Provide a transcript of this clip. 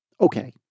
okay